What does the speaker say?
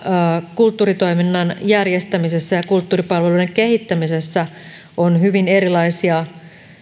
kulttuuritoiminnan järjestämisessä ja kulttuuripalveluiden kehittämisessä on hyvin erilaisia